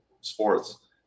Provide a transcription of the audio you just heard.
sports